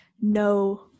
no